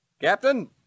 captain